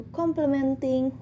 complementing